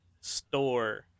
store